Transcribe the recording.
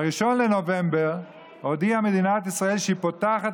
ב-1 בנובמבר הודיעה מדינת ישראל שהיא פותחת